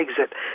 exit